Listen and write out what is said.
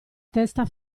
testa